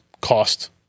cost